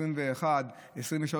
2023,